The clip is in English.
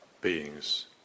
beings